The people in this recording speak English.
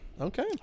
okay